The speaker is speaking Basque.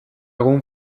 egun